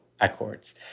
Accords